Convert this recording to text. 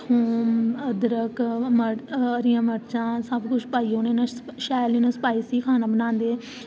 थूम अदरक मर्च हरियां मर्चां सबकुछ पाइयै ना उनें ई शैल इंया स्पाइसी खाना बनांदे